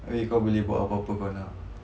abeh kau boleh buat apa-apa kau nak